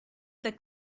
the